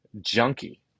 junkie